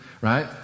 right